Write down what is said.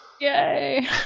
yay